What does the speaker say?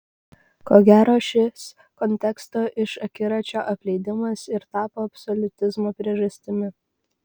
ko gero šis konteksto iš akiračio apleidimas ir tapo absoliutizmo priežastimi